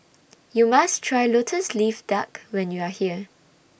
YOU must Try Lotus Leaf Duck when YOU Are here